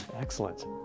Excellent